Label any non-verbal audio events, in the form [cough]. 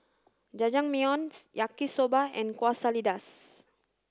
[unintelligible] Yaki soba and Quesadillas